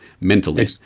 mentally